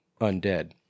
undead